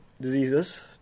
diseases